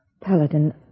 Paladin